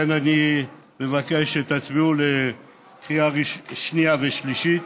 אני מבקש שתצביעו בקריאה שנייה ושלישית.